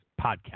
podcast